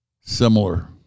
similar